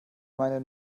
meine